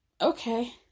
Okay